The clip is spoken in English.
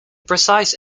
precise